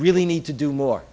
really need to do more